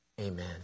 amen